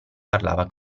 parlava